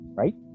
right